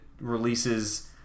releases